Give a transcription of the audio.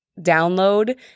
download